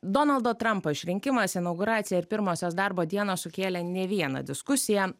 donaldo trampo išrinkimas inauguracija ir pirmosios darbo dienos sukėlė ne vieną diskusiją